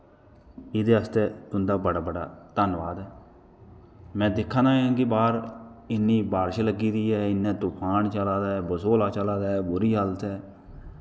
एह्दै बास्तै तुंदा बड़ा बड़ा धन्नबाद ऐ में दिक्खा नां ऐ के बाह्र इन्नी बारश लग्गी दी ऐ इन्ना तुफान चला चा ऐ बरोला चला दा ऐ बुरी हालत ऐ